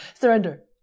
surrender